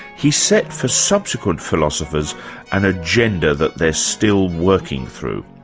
he set for subsequent philosophers an agenda that they're still working through.